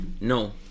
No